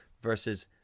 versus